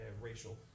racial